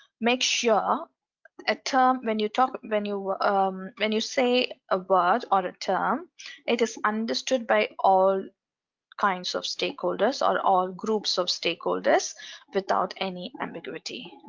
make sure a term when you talk when you um when you say a word or a term it is understood by all kinds of stakeholders or all groups of stakeholders without any ambiguity.